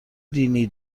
دینی